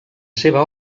seva